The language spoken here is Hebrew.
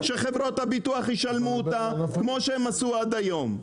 שחברות הביטוח ישלמו אותה, כמו שהן עשו עד היום.